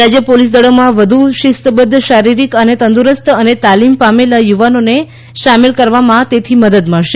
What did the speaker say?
રાજ્ય પોલીસ દળોમાં વધુ શિસ્તબદ્વ શારીરિક રીતે તંદુરસ્ત અને તાલીમ પામેલા યુવાનોને શામેલ કરવામાં તેથી મદદ મળશે